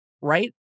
right